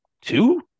two